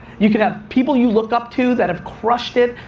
you can have people you look up to that have crushed it,